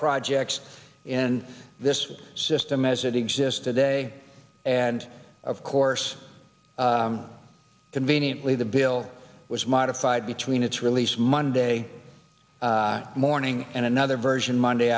projects in this system as it exists today and of course conveniently the bill was modified between its release monday morning and another version monday